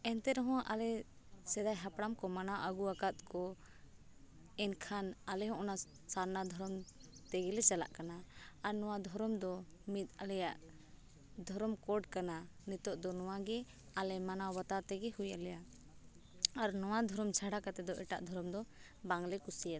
ᱮᱱᱛᱮ ᱨᱮᱦᱚᱸ ᱟᱞᱮ ᱥᱮᱫᱟᱭ ᱦᱟᱯᱲᱟᱢ ᱠᱚ ᱢᱟᱱᱟᱣ ᱟᱹᱜᱩ ᱟᱠᱟᱫ ᱠᱚ ᱮᱱᱠᱷᱟᱱ ᱟᱞᱮ ᱦᱚᱸ ᱚᱱᱟ ᱥᱟᱨᱱᱟ ᱫᱷᱚᱨᱚᱢ ᱛᱮᱜᱮᱞᱮ ᱪᱟᱞᱟᱜ ᱠᱟᱱᱟ ᱟᱨ ᱱᱚᱣᱟ ᱫᱷᱚᱨᱚᱢ ᱫᱚ ᱢᱤᱫ ᱟᱞᱮᱭᱟᱜ ᱫᱷᱚᱨᱚᱢ ᱠᱟᱱᱟ ᱱᱤᱛᱚᱜ ᱫᱚ ᱱᱚᱣᱟ ᱜᱮ ᱟᱞᱮ ᱢᱟᱱᱟᱣ ᱵᱟᱛᱟᱣ ᱛᱮᱜᱮ ᱦᱩᱭ ᱟᱞᱮᱭᱟ ᱟᱨ ᱱᱚᱣᱟ ᱫᱷᱚᱨᱚᱢ ᱪᱷᱟᱲᱟ ᱠᱟᱛᱮᱫ ᱫᱚ ᱮᱴᱟᱜ ᱫᱷᱚᱨᱚᱢ ᱫᱚ ᱵᱟᱝᱞᱮ ᱠᱩᱥᱤᱭᱟᱫᱟ